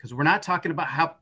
because we're not talking about how